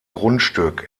grundstück